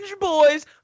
boys